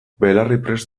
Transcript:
belarriprest